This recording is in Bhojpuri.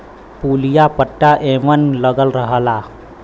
पुलिया पट्टा एमन लगल रहला